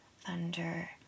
thunder